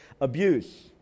abuse